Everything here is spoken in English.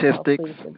Statistics